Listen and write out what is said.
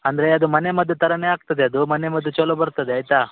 ಅಂದರೆ ಅದು ಮನೆ ಮದ್ದು ಥರಾ ಆಗ್ತದೆ ಅದು ಮನೆ ಮದ್ದು ಚಲೋ ಬರ್ತದೆ ಆಯ್ತಾ